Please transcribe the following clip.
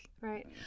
Right